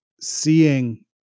seeing